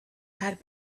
had